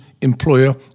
employer